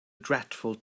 dreadful